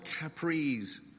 Capri's